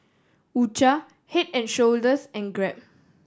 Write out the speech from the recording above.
U Cha Head and Shoulders and Grab